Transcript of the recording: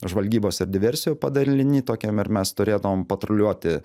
žvalgybos ir diversijų padaliny tokiam ir mes turėdavom patruliuoti